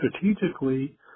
strategically